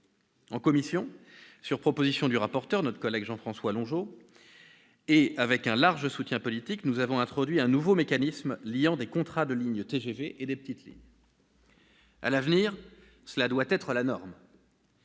En commission, sur proposition du rapporteur, notre collègue Jean-François Longeot, et avec un large soutien politique, nous avons introduit un nouveau mécanisme liant des contrats de lignes de TGV et des petites lignes. À l'avenir, cela doit être la norme.